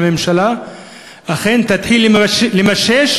של הממשלה אכן תתחיל לממש,